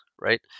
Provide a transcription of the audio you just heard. right